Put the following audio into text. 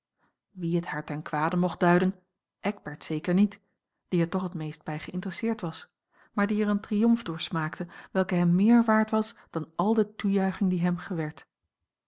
wie het haar ten kwade mocht duiden eckbert zeker niet die er toch het meest bij geïnteresseerd was maar die er een triomf door smaakte welke hem meer waard was dan al de toejuiching die hem gewerd